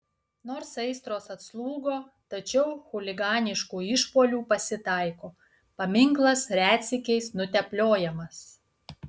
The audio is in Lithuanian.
nors aistros atslūgo tačiau chuliganiškų išpuolių pasitaiko paminklas retsykiais nutepliojamas